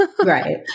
Right